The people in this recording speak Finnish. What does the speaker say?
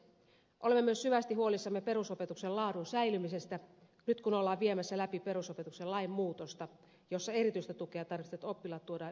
olemme myös syvästi huolissamme perusopetuksen laadun säilymisestä nyt kun ollaan viemässä läpi perusopetuslain muutosta jossa erityistä tukea tarvitsevat oppilaat tuodaan yleisopetuksen ryhmiin